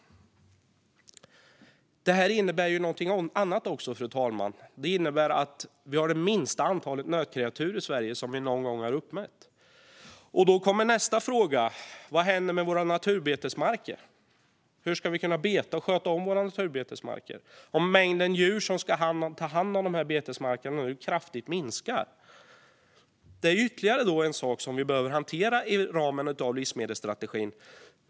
Det här innebär någonting annat också, fru talman. Det innebär att vi har det minsta antalet nötkreatur i Sverige som vi någon gång har uppmätt. Då kommer nästa fråga: Vad händer med våra naturbetesmarker? Hur ska vi kunna sköta om dem om mängden djur som ska beta på de här markerna kraftigt minskar? Det är ytterligare en sak som vi behöver hantera inom ramen för livsmedelsstrategin.